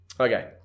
Okay